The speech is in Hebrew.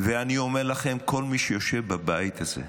ואני אומר לכם, כל מי שיושב בבית הזה,